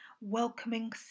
welcoming